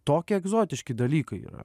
tokie egzotiški dalykai yra